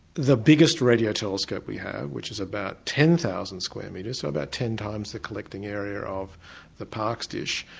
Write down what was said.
the biggest radio telescope we have which is about ten thousand square metres, so about ten times the collecting area of the parkes dish,